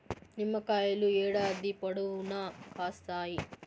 నిమ్మకాయలు ఏడాది పొడవునా కాస్తాయి